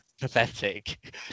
pathetic